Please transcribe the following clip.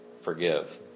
forgive